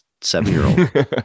seven-year-old